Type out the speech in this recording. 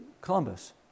Columbus